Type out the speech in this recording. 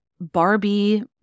Barbie